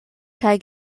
kaj